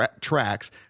tracks